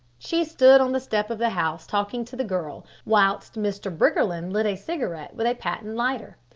she stood on the step of the house talking to the girl, whilst mr. briggerland lit a cigarette with a patent lighter.